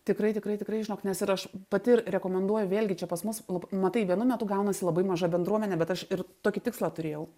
tikrai tikrai tikrai žinok nes ir aš pati ir rekomenduoju vėlgi čia pas mus matai vienu metu gaunasi labai maža bendruomenė bet aš ir tokį tikslą turėjau